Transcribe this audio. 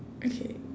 okay